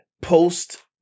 post